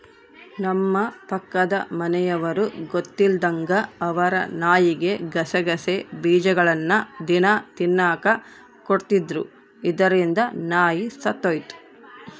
ನಮ್ಮ ಪಕ್ಕದ ಮನೆಯವರು ಗೊತ್ತಿಲ್ಲದಂಗ ಅವರ ನಾಯಿಗೆ ಗಸಗಸೆ ಬೀಜಗಳ್ನ ದಿನ ತಿನ್ನಕ ಕೊಡ್ತಿದ್ರು, ಇದರಿಂದ ನಾಯಿ ಸತ್ತೊಯಿತು